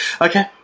Okay